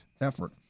effort